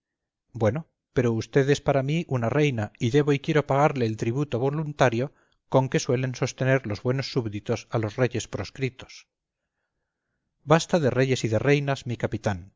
bueno pero usted es para mí una reina y debo y quiero pagarle el tributo voluntario con que suelen sostener los buenos súbditos a los reyes proscritos basta de reyes y de reinas mi capitán